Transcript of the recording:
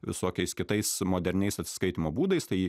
visokiais kitais moderniais atsiskaitymo būdais tai